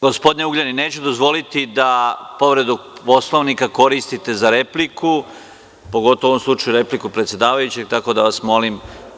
Gospodine Ugljanin, neću dozvoliti da povredu Poslovnika koristite za repliku, pogotovo u ovom slučaju repliku predsedavajućem, tako da vas molim.